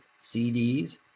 CDs